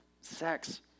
sex